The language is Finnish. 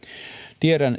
tiedän